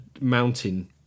mountain